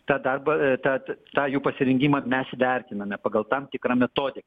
tą darbą tą t tą jų pasirengimą mes vertiname pagal tam tikrą metodiką